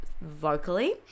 vocally